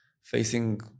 facing